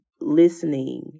listening